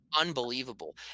unbelievable